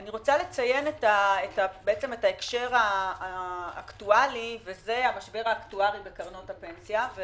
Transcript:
אני רוצה לציין את ההקשר האקטואלי המשבר האקטוארי בקרנות הפנסיה.